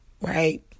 Right